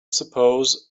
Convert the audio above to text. suppose